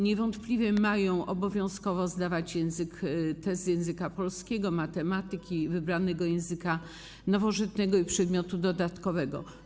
Niewątpliwie mają obowiązkowo zdawać test z języka polskiego, matematyki, wybranego języka nowożytnego i przedmiotu dodatkowego.